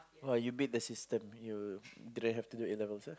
!wah! you beat the system you didn't have to do A-levels ah